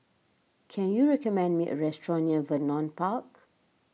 can you recommend me a restaurant near Vernon Park